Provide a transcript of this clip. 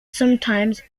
sometimes